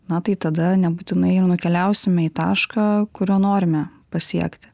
na tai tada nebūtinai nukeliausime į tašką kurio norime pasiekti